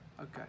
okay